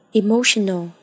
emotional，